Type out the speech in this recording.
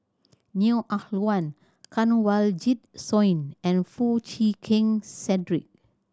Neo Ah Luan Kanwaljit Soin and Foo Chee Keng Cedric